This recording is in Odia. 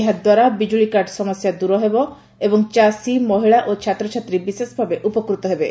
ଏହାଦ୍ୱାରା ବିଜୁଳି କାଟ୍ ସମସ୍ୟା ଦୂର ହେବ ଏବଂ ଚାଷୀ ମହିଳା ଓ ଛାତ୍ରଛାତ୍ରୀ ବିଶେଷଭାବେ ଉପକୃତ ହେବେ